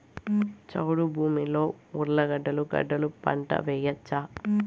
చౌడు భూమిలో ఉర్లగడ్డలు గడ్డలు పంట వేయచ్చా?